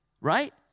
Right